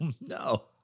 no